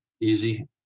easy